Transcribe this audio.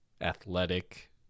athletic